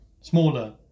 smaller